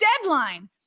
deadline